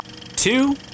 two